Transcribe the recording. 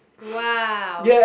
wow